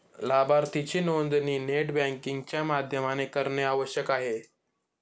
लाभार्थीची नोंदणी net banking च्या माध्यमाने करणे आवश्यक आहे